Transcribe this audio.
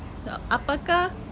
apakah